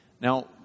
Now